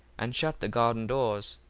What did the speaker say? and shut the garden doors,